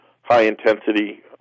high-intensity